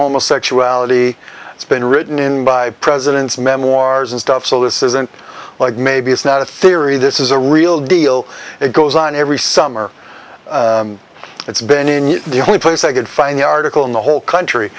homosexuality it's been written in by presidents memoirs and stuff so this isn't like maybe it's not a theory this is a real deal it goes on every summer it's been in the only place i could find the article in the whole country